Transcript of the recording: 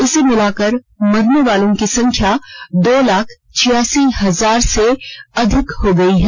इसे मिलाकर मरने वालों की संख्या दो लाख छियासी हजार से अधिक हो गई है